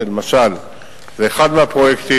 ולמשל זה אחד מהפרויקטים.